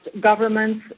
governments